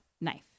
knife